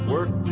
Work